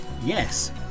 Yes